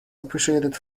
appreciated